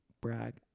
Brag